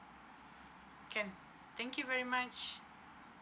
can thank you very much